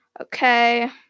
Okay